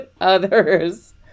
others